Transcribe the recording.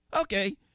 okay